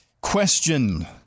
Question